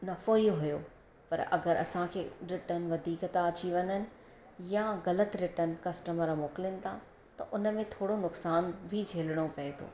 नफ़ो ई हुयो पर अगरि असांखे रिटन वधीक था अची वञनि या ग़लति रिटन कस्टमर मोकिलनि था त उनमें थोरो नुक़सानु बि झेलणो पए थो